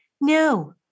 No